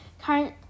Current